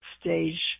stage